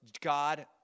God